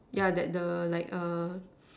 yeah that the like err